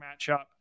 matchup